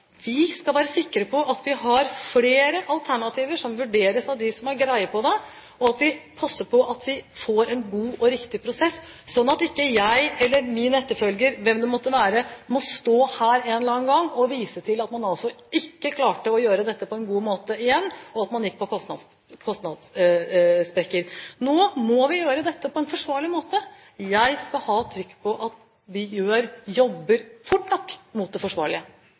vi har flere alternativer som vurderes av dem som har greie på det, og vi må passe på at vi får en god og riktig prosess, sånn at ikke jeg eller min etterfølger – hvem det måtte være – må stå her en eller annen gang og igjen vise til at man ikke klarte å gjøre dette på en god måte, og at man gikk på kostnadssprekker. Nå må vi gjøre dette på en forsvarlig måte. Jeg skal ha trykk på at vi jobber fort nok mot det forsvarlige.